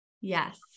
Yes